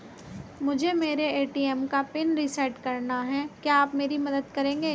मुझे मेरे ए.टी.एम का पिन रीसेट कराना है क्या आप मेरी मदद करेंगे?